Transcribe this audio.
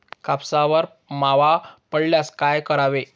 कापसावर मावा पडल्यास काय करावे?